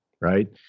Right